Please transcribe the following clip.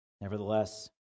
Nevertheless